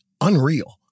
unreal